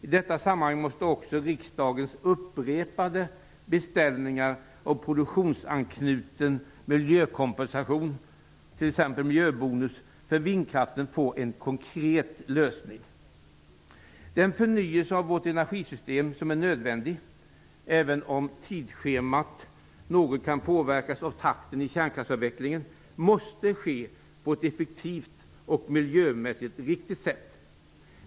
I detta sammanhang måste också riksdagens upprepade beställningar av produktionsanknuten miljökompensation för vindkraften få en konkret lösning. Den förnyelse av vårt energisystem som är nödvändig, även om tidsschemat något kan påverkas av takten i kärnkraftsavvecklingen, måste ske på ett effektivt och miljömässigt riktigt sätt.